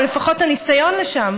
או לפחות הניסיון לכך.